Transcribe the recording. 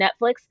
Netflix